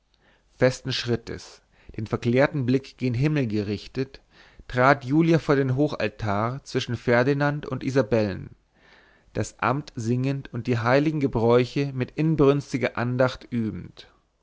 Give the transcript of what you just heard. festen schrittes den verklärten blick gen himmel gerichtet trat julia vor den hochaltar zwischen ferdinand und isabellen das amt singend und die heiligen gebräuche mit inbrünstiger andacht übend